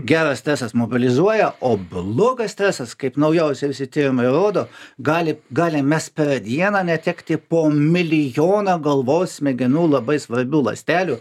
geras stresas mobilizuoja o blogas stresas kaip naujausi visi tyrimai rodo gali galim mes per dieną netekti po milijoną galvos smegenų labai svarbių ląstelių